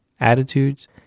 Attitudes